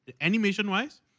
Animation-wise